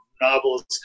novels